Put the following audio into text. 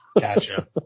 Gotcha